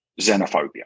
xenophobia